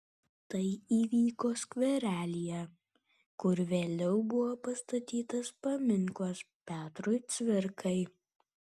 tai įvyko skverelyje kur vėliau buvo pastatytas paminklas petrui cvirkai